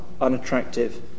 unattractive